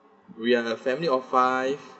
we are a family of five